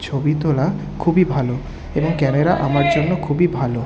ছবি তোলা খুবই ভালো এবং ক্যামেরা আমার জন্য খুবই ভালো